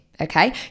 Okay